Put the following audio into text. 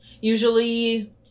usually